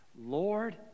Lord